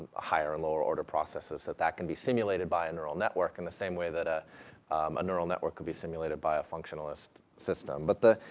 higher and lower order processes, that that can be simulated by a neural network in the same way that ah a neural network could be simulated by a functionalist system, but the.